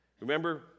Remember